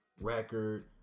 record